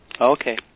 Okay